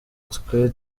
twe